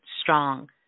strong